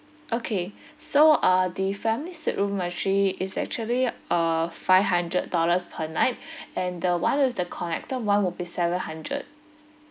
okay so uh the family suite room actually is actually uh five hundred dollars per night and the one with the connected one will be seven hundred